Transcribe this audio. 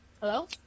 Hello